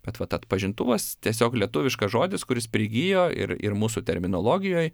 bet vat atpažintuvas tiesiog lietuviškas žodis kuris prigijo ir ir mūsų terminologijoj